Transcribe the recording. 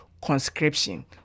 conscription